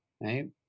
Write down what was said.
right